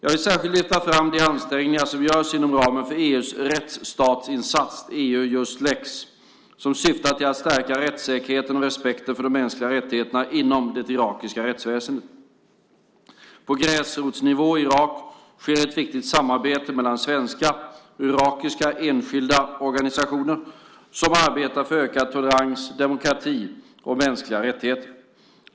Jag vill särskilt lyfta fram de ansträngningar som görs inom ramen för EU:s rättsstatsinsats Eujust lex som syftar till att stärka rättssäkerheten och respekten för de mänskliga rättigheterna inom det irakiska rättsväsendet. På gräsrotsnivå i Irak sker ett viktigt samarbete mellan svenska och irakiska enskilda organisationer som arbetar för ökad tolerans, demokrati och mänskliga rättigheter.